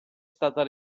stata